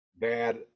bad